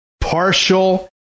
partial